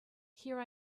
here